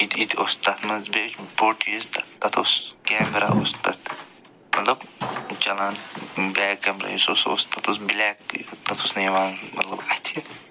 تہٕ یہِ یہِ اوس تتھ منٛز بیٚیہِ بوٚڑ ییٖژ تتھ اوس کٮ۪مرا اوس تتھ مطلب چَلان بٮ۪کپ یُس اوس سُہ اوس تتھ ٲس بٕلیک یہِ تتھ اوس نہٕ یِوان مطلب اَتھِ